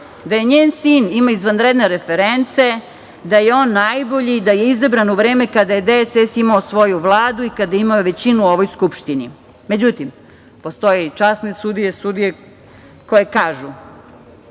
da njen sin ima izvanredne reference, da je on najbolji i da je izabran u vreme kada je DSS imao svoju Vladu i kada je imao većinu u ovoj Skupštini.Međutim, postoje i časne sudije, sudije koje kažu,